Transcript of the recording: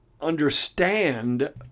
understand